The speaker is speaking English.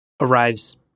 arrives